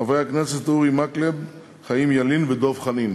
חברי הכנסת אורי מקלב, חיים ילין ודב חנין.